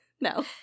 No